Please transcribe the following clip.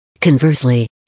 Conversely